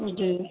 جی